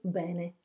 bene